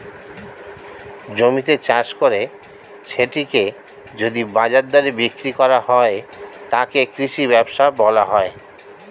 জমিতে চাষ করে সেটিকে যদি বাজার দরে বিক্রি করা হয়, তাকে কৃষি ব্যবসা বলা হয়